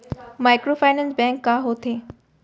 Microfinance bank का होथे?